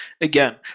again